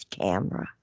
camera